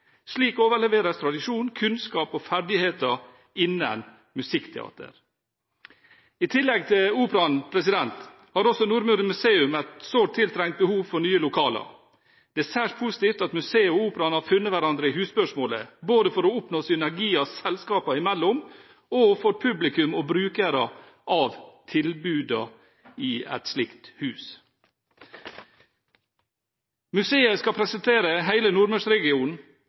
Slik overleveres tradisjon, kunnskap og ferdigheter innen musikkteater. I tillegg til operaen har også Nordmøre Museum et sårt tiltrengt behov for nye lokaler. Det er særs positivt at museet og operaen har funnet hverandre i husspørsmålet, både for å oppnå synergier selskapene imellom og for publikum og brukere av tilbudene i et slikt hus. Museet skal presentere hele Nordmørsregionen,